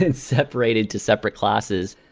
and separate it to separate classes.